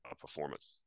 performance